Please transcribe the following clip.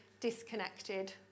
disconnected